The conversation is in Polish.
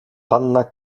panna